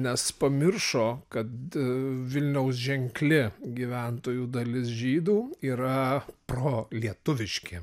nes pamiršo kad vilniaus ženkli gyventojų dalis žydų yra pro lietuviški